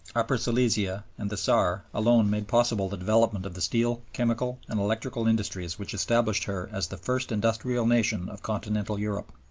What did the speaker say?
upper silesia, and the saar, alone made possible the development of the steel, chemical, and electrical industries which established her as the first industrial nation of continental europe.